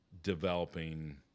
developing